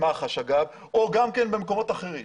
אגב, אין תלונה אחת במח"ש או במקומות אחרים.